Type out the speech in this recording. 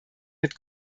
mit